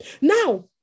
Now